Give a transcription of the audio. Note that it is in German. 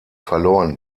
verloren